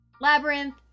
Labyrinth